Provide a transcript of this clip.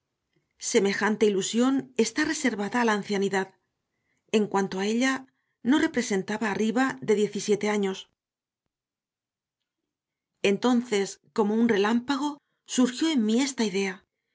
semejante ilusión está reservada a la ancianidad en cuanto a ella no representaba arriba de diecisiete años entonces como un relámpago surgió en mí esta idea